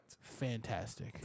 fantastic